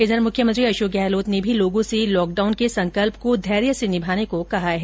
इधर मुख्यमंत्री अशोक गहलोत ने भी लोगों से लॉकडाउन के संकल्प को धैर्य से निभाने को कहा है